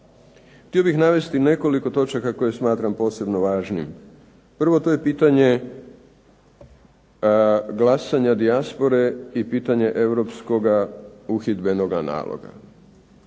Htio bih navesti nekoliko točaka koje smatram posebno važnim. Prvo to je pitanje glasanja dijaspore i pitanje europskoga uhidbenoga naloga.